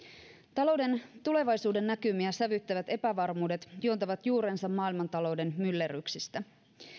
tulevaisuudennäkymiä sävyttävät epävarmuudet juontavat juurensa maailmantalouden myllerryksistä